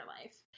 life